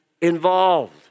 involved